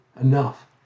enough